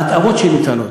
ההתאמות שניתנות,